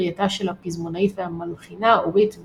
פרי עטה של הפזמונאית והמלחינה אורית וגנפלד.